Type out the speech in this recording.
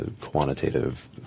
quantitative